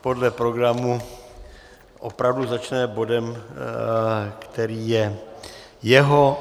Podle programu opravdu začneme bodem, který je jeho.